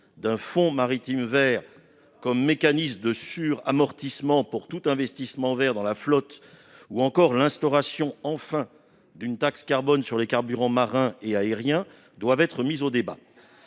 d'un fonds maritime vert comme mécanisme de suramortissement pour tout investissement vert dans la flotte ou encore l'instauration- enfin ! -d'une taxe carbone sur les carburants marins et aériens doivent être mises en débat.